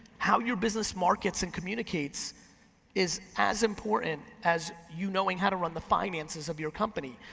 how your business markets and communicates is as important as you knowing how to run the finances of your company,